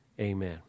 amen